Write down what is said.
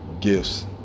gifts